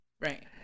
Right